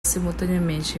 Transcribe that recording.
simultaneamente